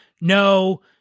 No